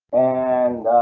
and